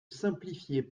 simplifiez